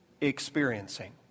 experiencing